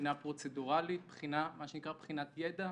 בחינה פרוצדורלית, מה שנקרא: בחינת ידע.